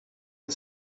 the